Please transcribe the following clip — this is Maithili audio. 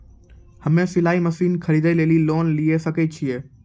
हम्मे सिलाई मसीन खरीदे लेली लोन लिये सकय छियै?